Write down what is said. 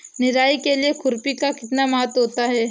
निराई के लिए खुरपी का कितना महत्व होता है?